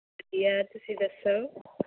ਵਧੀਆ ਤੁਸੀਂ ਦੱਸੋ